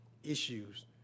issues